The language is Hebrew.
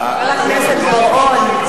העיקרי לדבר?